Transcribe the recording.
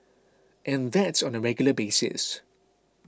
and that's on a regular basis